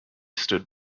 stood